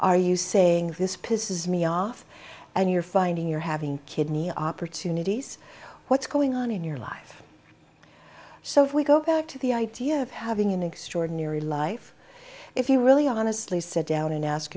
are you saying this pisses me off and you're finding you're having kidney opportunities what's going on in your life so if we go back to the idea of having an extraordinary life if you really honestly sit down and ask